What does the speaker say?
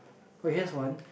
oh here's one